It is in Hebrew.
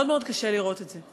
מאוד מאוד קשה לראות את זה.